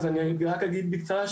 אז אני רק אגיד בקצרה,